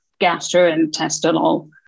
gastrointestinal